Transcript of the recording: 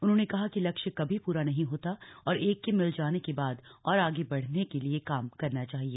उन्होंने कहा की लक्ष्य कभी पूरा नहीं होता और एक के मिल जाने के बाद और आगे बढ़ने के लिए काम करना चाहिए